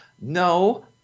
No